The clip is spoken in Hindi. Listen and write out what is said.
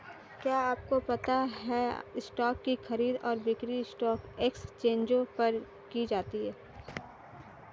क्या आपको पता है स्टॉक की खरीद और बिक्री स्टॉक एक्सचेंजों पर की जाती है?